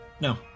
No